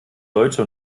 deutsche